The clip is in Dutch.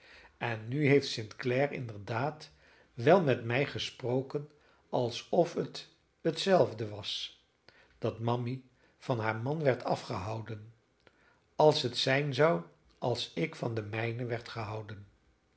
en nu heeft st clare inderdaad wel met mij gesproken alsof het t zelfde was dat mammy van haar man werd afgehouden als het zijn zou als ik van den mijnen werd gehouden